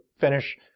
finish